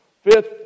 Fifth